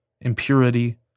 impurity